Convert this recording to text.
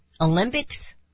Olympics